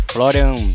Florian